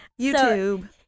YouTube